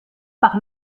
par